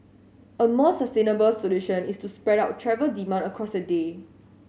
a more sustainable solution is to spread out travel demand across the day